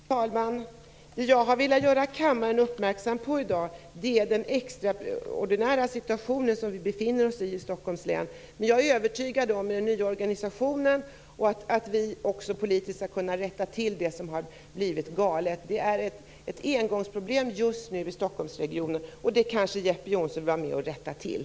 Fru talman! I dag har jag velat göra kammaren uppmärksam på den extraordinära situation som vi befinner oss i här i Stockholms län. Men jag är övertygad om att vi dels med den nya organisationen, dels politiskt skall kunna rätta till det som blivit galet. Det är ett engångsproblem just nu i Stockholmsregionen, och det kanske Jeppe Johnsson vill vara med och rätta till.